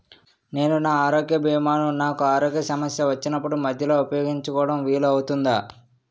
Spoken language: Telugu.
నేను నా ఆరోగ్య భీమా ను నాకు ఆరోగ్య సమస్య వచ్చినప్పుడు మధ్యలో ఉపయోగించడం వీలు అవుతుందా?